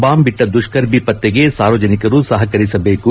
bomb ಇಟ್ಟ ದುಷ್ಕರ್ಮಿ ಪತ್ತೆಗೆ ಸಾರ್ವಜನಿಕರು ಸಹಕರಿಸಬೇಕು